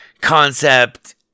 concept